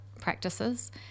practices